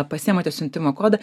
pasiimate siuntimo kodą